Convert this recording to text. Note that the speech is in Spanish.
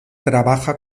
trabaja